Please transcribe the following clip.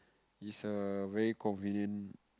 is a very convenient